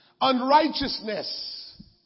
Unrighteousness